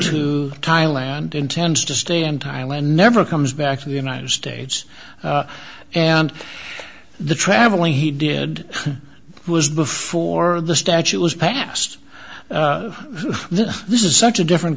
to thailand intends to stay in thailand never comes back to the united states and the traveling he did was before the statute was passed then this is such a different